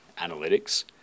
analytics